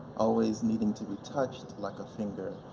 always needing to be touched like a finger,